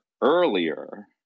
earlier